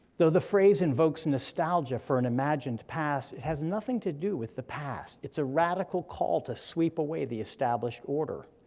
though the phrase invokes nostalgia for an imagined past, it has nothing to do with the past, it's a radical call to sweep away the established order.